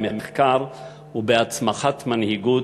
במחקר ובהצמחת מנהיגות,